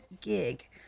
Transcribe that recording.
gig